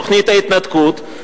תוכנית ההתנתקות.